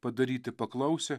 padaryti paklausią